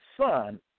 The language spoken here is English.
son